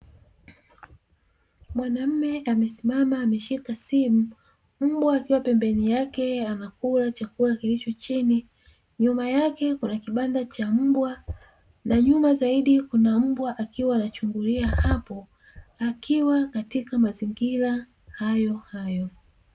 Mwanaume amesimama ameshika simu, mbwa akiwa pembeni yake anakula chakula kilicho chini, nyuma yake kuna kibanda cha mbwa na nyuma zaidi kuna mbwa akiwa anachungulia hapo; akiwa katika mazingira hayohayo.